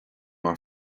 mar